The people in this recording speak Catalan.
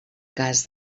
cas